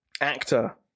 actor